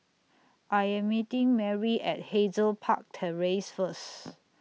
I Am meeting Merri At Hazel Park Terrace First